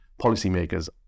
policymakers